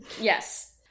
Yes